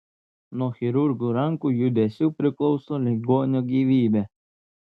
nuo chirurgų rankų judesių priklauso ligonio gyvybė